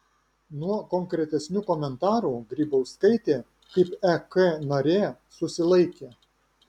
nuo konkretesnių komentarų grybauskaitė kaip ek narė susilaikė